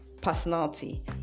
personality